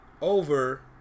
over